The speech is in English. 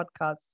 podcast